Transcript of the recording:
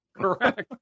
Correct